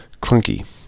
clunky